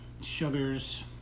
sugars